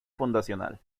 fundacional